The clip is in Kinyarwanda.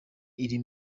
iri